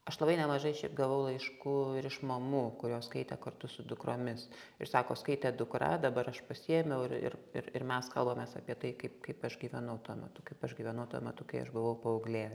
aš labai nemažai šiaip gavau laiškų ir iš mamų kurios skaitė kartu su dukromis ir sako skaitė dukra dabar aš pasiėmiau ir ir ir ir mes kalbamės apie tai kaip kaip aš gyvenau tuo metu kaip aš gyvenau tuo metu kai aš buvau paauglė